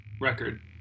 record